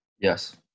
Yes